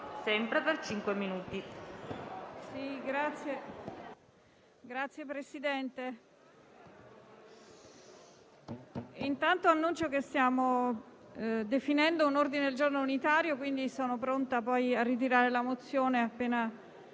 Signor Presidente, annuncio che stiamo definendo un ordine del giorno unitario, quindi sono pronta a ritirare la mozione non appena